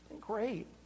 great